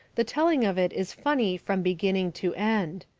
the telling of it is funny from beginning to end.